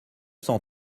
cent